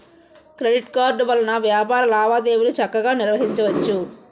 credit card వలన వ్యాపార లావాదేవీలు చక్కగా నిర్వహించవచ్చు